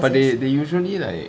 but they they usually like